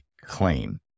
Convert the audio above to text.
claim